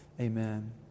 Amen